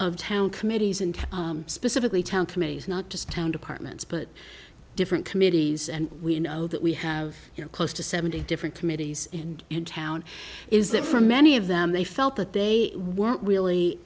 town committees and specifically town committees not just town departments but different committees and we know that we have you know close to seventy different committees and in town is that for many of them they felt that they weren't really